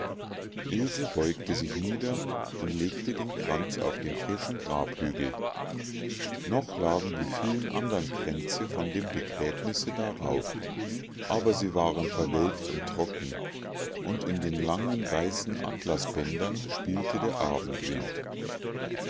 ilse beugte sich nieder und legte den kranz auf den frischen grabhügel noch lagen die vielen andern kränze von dem begräbnisse darauf aber sie waren verwelkt und trocken und in den langen weißen atlasbändern spielte der abendwind